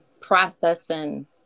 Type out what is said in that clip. processing